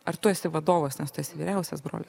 ar tu esi vadovas nes tu esi vyriausias brolis